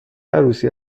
عروسی